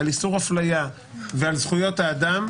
על איסור הפליה ועל זכויות האדם,